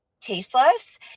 tasteless